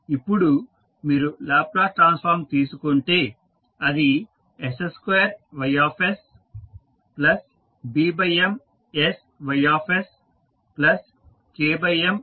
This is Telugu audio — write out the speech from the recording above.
ఇప్పుడు మీరు లాప్లేస్ ట్రాన్స్ఫామ్ తీసుకుంటే అది s2YsBMsYsKMYsFsM అవుతుంది